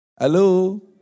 Hello